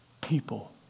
people